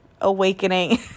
awakening